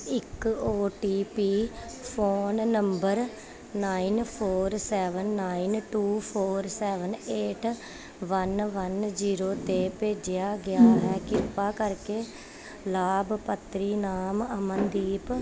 ਇੱਕ O T P phone number nine four seven nine two four seven eight one one zero 'ਤੇ ਭੇਜਿਆ ਗਿਆ ਹੈ ਕਿਰਪਾ ਕਰਕੇ ਲਾਭਪਾਤਰੀ ਨਾਮ ਅਮਨਦੀਪ